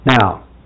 Now